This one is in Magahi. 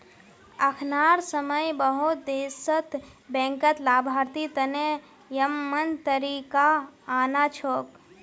अखनार समय बहुत देशत बैंकत लाभार्थी तने यममन तरीका आना छोक